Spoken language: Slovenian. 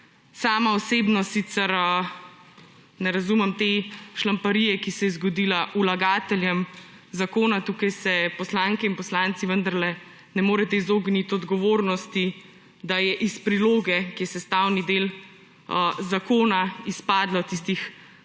sama osebno sicer ne razumem te šlamparije, ki se je zgodila vlagateljem zakona, tukaj se poslanke in poslanci vendarle ne morete izogniti odgovornosti, da je iz priloge, ki je sestavni del zakona, izpadlo tistih